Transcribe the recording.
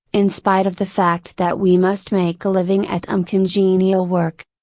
in spite of the fact that we must make a living at uncongenial work.